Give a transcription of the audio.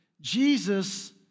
Jesus